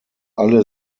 alle